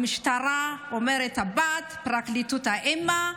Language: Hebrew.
המשטרה אומרת הבת, הפרקליטות, האימא.